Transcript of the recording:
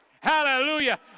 Hallelujah